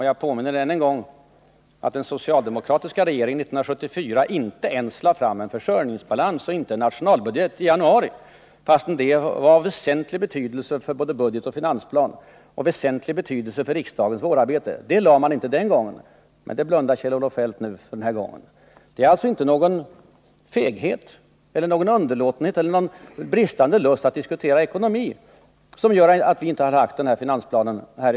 Jag påminner än en gång om att den socialdemokratiska regeringen inte ens lade fram en försörjningsbalans och en nationalbudget i januari 1974, fastän det var av väsentlig betydelse för både budget och finansplan och för riksdagens vårarbete. Men det blundar Kjell-Olof Feldt för den här Nr 38 gången. Tisdagen den Det är alltså inte någon feghet, underlåtenhet eller bristande lust att 27 november 1979 diskutera ekonomi som gör att vi inte framlagt någon finansplan i höst.